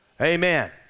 amen